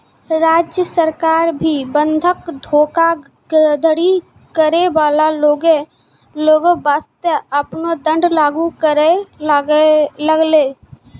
राज्य सरकार भी बंधक धोखाधड़ी करै बाला लोगो बासतें आपनो दंड लागू करै लागलै